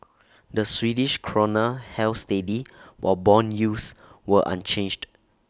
the Swedish Krona held steady while Bond yields were unchanged